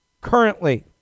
Currently